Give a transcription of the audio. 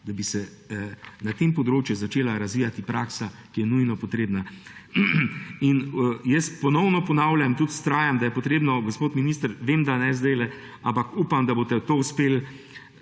da bi se na tem področju začela razvijati praksa, ki je nujno potrebna? Ponovno ponavljam in tudi vztrajam, da je potrebno, gospod minister, vem, da ne zdaj, ampak upam, da boste uspeli